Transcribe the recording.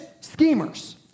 schemers